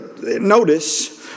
notice